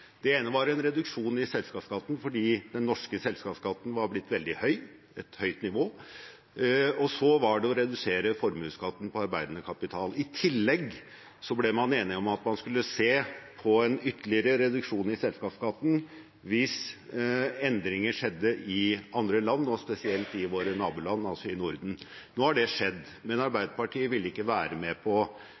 Det ene var en reduksjon i selskapsskatten fordi nivået på den norske selskapsskatten var blitt veldig høyt. Så var det en reduksjon i formuesskatten på arbeidende kapital. I tillegg ble man enige om at man skulle se på en ytterligere reduksjon i selskapsskatten hvis endringer skjedde i andre land, og spesielt i våre naboland, altså i Norden. Nå har det skjedd, men Arbeiderpartiet vil ikke være med på